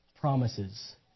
promises